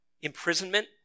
imprisonment